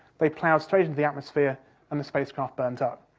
they ploughed straight into the atmosphere and the spacecraft burned up.